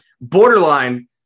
Borderline